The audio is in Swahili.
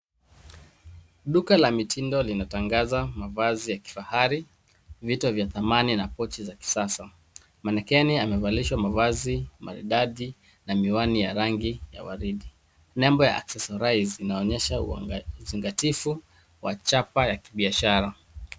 Duka la mitindo linatangaza mavazi ya kifahari fita vya kitamani na Kochi za kisasa. Mwanikeni amevalishwa mavazi maridadi na miwani ya rangi ya waridi. Nembo ya accessories inaonyesha uzingativu wa chapa ya kibiashara.